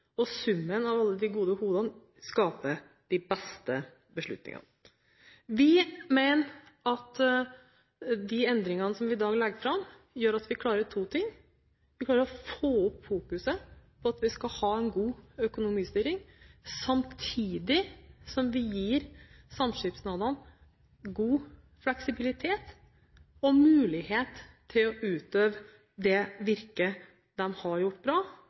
og summen av alle de gode hodene skaper de beste beslutningene. Vi mener at de endringene vi i dag legger fram, gjør at vi klarer to ting. Vi klarer å fokusere på at vi skal ha god økonomistyring, samtidig som vi gir samskipnadene god fleksibilitet og mulighet til å utøve det virket de har gjort bra,